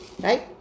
right